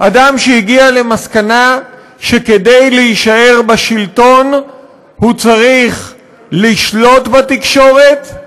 אדם שהגיע למסקנה שכדי להישאר בשלטון הוא צריך לשלוט בתקשורת,